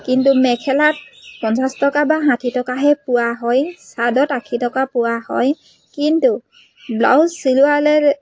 কিন্তু মেখেলাত পঞ্চাছ টকা বা ষাঠি টকাহে পোৱা হয় ছাদৰত আশী টকা পোৱা হয় কিন্তু ব্লাউজ চিলোৱালে